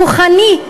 כוחני,